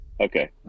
Okay